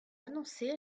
annoncé